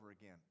again